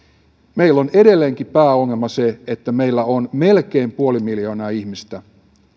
meillä on edelleenkin pääongelma se että meillä on melkein puoli miljoonaa ihmistä